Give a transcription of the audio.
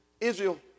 Israel